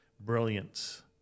brilliance